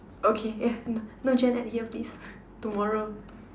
okay eh uh no Gen-Ed here please tomorrow